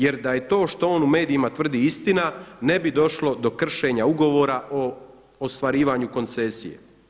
Jer da je to što on u medijima tvrdi istina ne bi došlo do kršenja ugovora o ostvarivanju koncesije.